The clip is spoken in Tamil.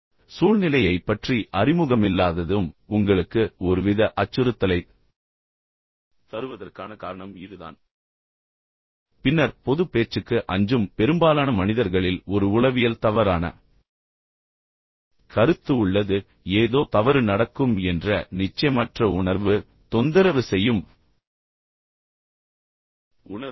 எனவே சூழ்நிலையைப் பற்றி அறிமுகமில்லாததும் உங்களுக்கு ஒருவித அச்சுறுத்தலைத் தருவதற்கான காரணம் இதுதான் பின்னர் பொதுப் பேச்சுக்கு அஞ்சும் பெரும்பாலான மனிதர்களில் ஒரு உளவியல் தவறான கருத்து உள்ளது ஏதோ தவறு நடக்கும் என்ற நிச்சயமற்ற உணர்வு தொந்தரவு செய்யும் உணர்வு